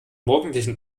morgendlichen